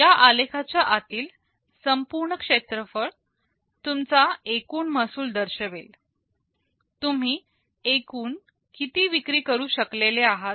या आलेखाच्या आतील संपूर्ण क्षेत्रफळ तुमचा एकूण महसूल दर्शवेल तुम्ही एकूण किती विक्री करू शकलेले आहेत